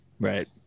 Right